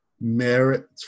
merit